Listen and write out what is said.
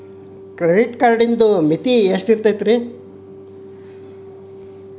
Credit ಕಾರ್ಡದು ಮಿತಿ ಎಷ್ಟ ಇರ್ತದ?